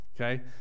okay